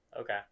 Okay